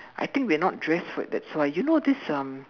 I think we're not dressed for it that's why you know this um